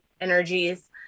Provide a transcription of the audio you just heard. energies